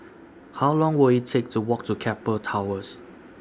How Long Will IT Take to Walk to Keppel Towers